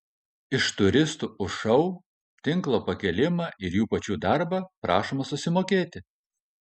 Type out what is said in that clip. iš turistų už šou tinklo pakėlimą ir jų pačių darbą prašoma susimokėti